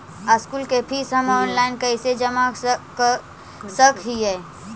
School के fees हम online कैसे जमा कर सक हिय?